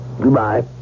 goodbye